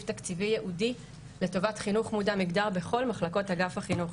תקציבי ייעודי לטובת חינוך מודע מגדר בכל מחלקות אגף החינוך.